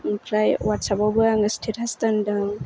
ओमफ्राय वाट्साबावबो आङो स्तेटास दोन्दों